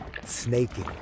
snaking